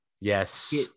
Yes